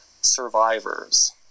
Survivors